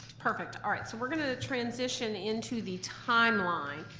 perfect. all right. so we're gonna transition into the timeline,